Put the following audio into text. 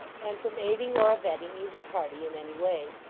and from aiding or abetting either party in any way.